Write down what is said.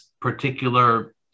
particular